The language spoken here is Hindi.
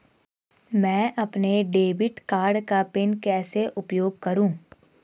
मैं अपने डेबिट कार्ड का पिन कैसे उपयोग करूँ?